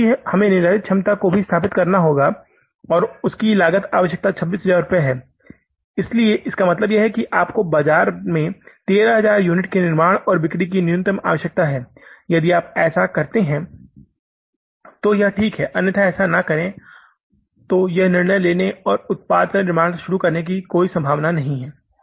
लेकिन चूँकि हमें निर्धारित क्षमता को भी स्थापित करना पड़ता है और उस लागत की आवश्यकता 26000 है इसलिए इसका मतलब है कि आपको बाजार में 13000 यूनिट के निर्माण और बिक्री की न्यूनतम आवश्यकता है यदि आप ऐसा करते हैं तो यह ठीक है अन्यथा यदि ऐसा न करें तो यह निर्णय लेने और उत्पाद का निर्माण शुरू करने की कोई संभावना नहीं है